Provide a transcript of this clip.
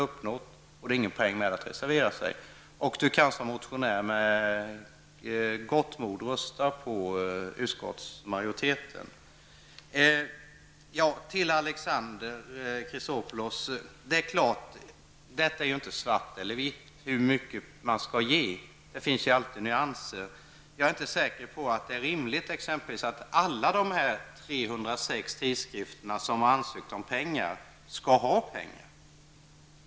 Håkan Holmberg kan som motionär med gott mod rösta på utskottsmajoritetens förslag. Till Alexander Chrisopoulos vill jag säga att det inte är fråga om vitt eller svart när det handlar om att ge anslag. Det finns alltid nyanser att ta hänsyn till. Jag är inte säker på att det är rimligt att alla 306 tidskrifter som har ansökt om pengar skall ha det.